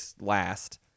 last